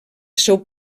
seu